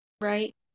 right